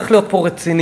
צריך להיות פה רציניים.